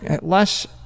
less